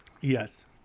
Yes